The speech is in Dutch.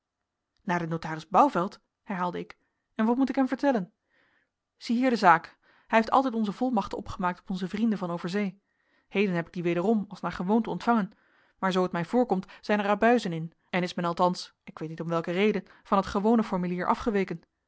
naar den notaris bouvelt herhaalde ik en wat moet ik hem vertellen ziehier de zaak hij heeft altijd onze volmachten opgemaakt op onze vrienden van over zee heden heb ik die wederom als naar gewoonte ontvangen maar zoo het mij voorkomt zijn er abuizen in en is men althans ik weet niet om welke reden van het gewone formulier afgeweken